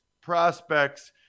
prospects